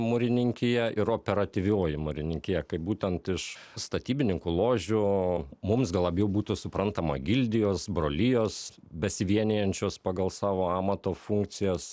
mūrininkija ir operatyvioji mūrininkija kaip būtent iš statybininkų ložių o mums gal labiau būtų suprantama gildijos brolijos besivienijančios pagal savo amato funkcijas